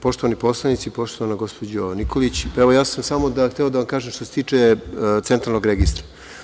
Poštovani poslanici, poštovana gospođo Nikolić, samo sam hteo da vam kažem što se tiče Centralnog registra.